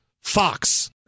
Fox